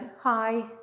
hi